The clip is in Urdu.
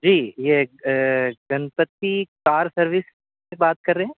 جی یہ ایک گنپتی کار سروس سے بات کر رہے ہیں